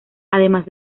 además